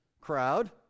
crowd